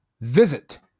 Visit